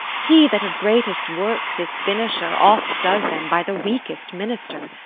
he that of greatest works is finisher oft does them by the weakest minister.